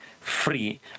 free